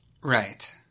Right